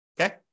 Okay